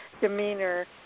demeanor